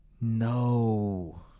no